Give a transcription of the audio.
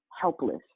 helpless